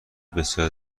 بسیار